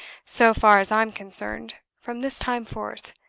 so far as i am concerned, from this time forth.